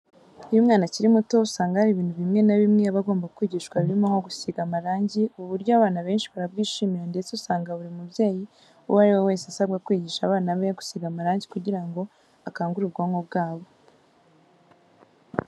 Iyo umwana akiri muto usanga hari ibintu bimwe na bimwe aba agomba kwigishwa birimo nko gusiga amarange. Ubu buryo abana benshi barabwishimira ndetse usanga buri mubyeyi uwo ari we wese asabwa kwigisha abana be gusiga amarange kugira ngo akangure ubwonko bwabo.